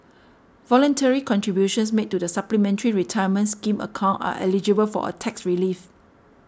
voluntary contributions made to the Supplementary Retirement Scheme account are eligible for a tax relief